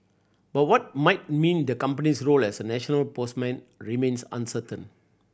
but what might mean the company's role as a national postman remains uncertain